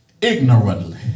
ignorantly